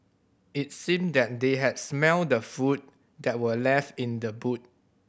it seemed that they had smelt the food that were left in the boot